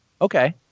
Okay